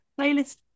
playlist